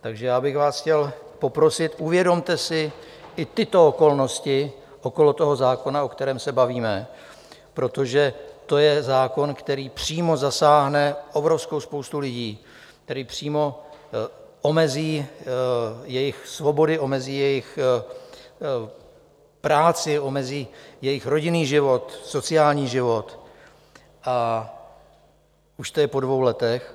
Takže já bych vás chtěl poprosit, uvědomte si i tyto okolnosti okolo toho zákona, o kterém se bavíme, protože to je zákon, který přímo zasáhne obrovskou spoustu lidí, který přímo omezí jejich svobody, omezí jejich práci, omezí jejich rodinný život, sociální život, a už to je po dvou letech.